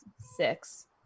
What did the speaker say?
six